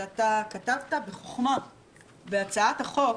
שכתבת בחוכמה בהצעת החוק: